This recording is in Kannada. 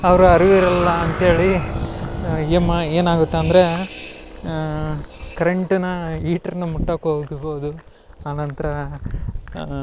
ಅವರು ಅರಿವಿರೋಲ್ಲ ಅಂತ್ಹೇಳಿ ಏಮಾ ಏನಾಗತ್ತೆ ಅಂದರೆ ಕರೆಂಟ್ನ ಈಟ್ರನ್ನ ಮುಟ್ಟಕ್ಕೆ ಹೋಓಗ್ಬೋದು ಆನಂತರ